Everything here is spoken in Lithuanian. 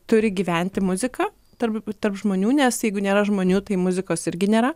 turi gyventi muzika tarp tarp žmonių nes jeigu nėra žmonių tai muzikos irgi nėra